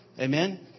Amen